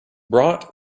brought